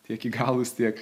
tiek įgalūs tiek